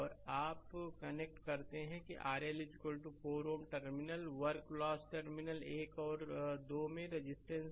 और अब आप कनेक्ट करते हैं कि RL 4 Ω टर्मिनल वर्क लॉस टर्मिनल 1 और 2 में रेजिस्टेंस